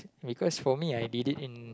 because for me I did it in